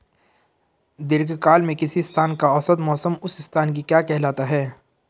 दीर्घकाल में किसी स्थान का औसत मौसम उस स्थान की क्या कहलाता है?